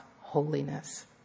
holiness